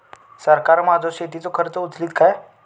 सरकार माझो शेतीचो खर्च उचलीत काय?